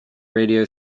radio